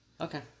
Okay